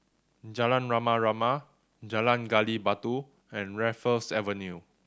Jalan Rama Rama Jalan Gali Batu and Raffles Avenue